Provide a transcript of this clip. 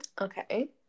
Okay